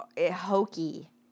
hokey